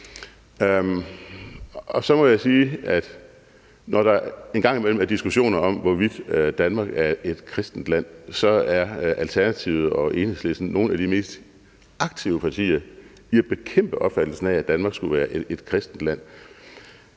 når der en gang imellem er diskussioner om, hvorvidt Danmark er et kristent land, så er Alternativet og Enhedslisten nogle af de mest aktive partier i at bekæmpe opfattelsen af, at Danmark skulle være et kristent land.